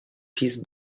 piece